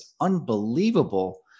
unbelievable